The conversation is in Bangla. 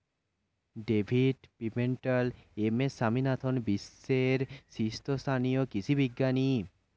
David Pimentel, M S Swaminathan বিশ্বের শীর্ষস্থানীয় কৃষি বিজ্ঞানী